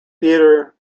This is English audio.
theatre